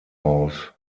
aus